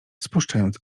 spuszczając